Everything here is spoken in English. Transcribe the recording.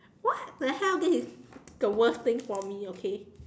what the hell this is the worst thing for me okay